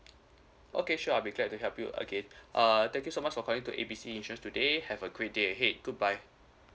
okay sure I'll be glad to help you again uh thank you so much for calling to A B C insurance today have a great day ahead goodbye